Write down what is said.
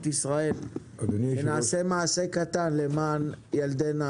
ישראל שנעשה מעשה קטן למען ילדי נעל"ה.